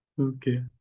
Okay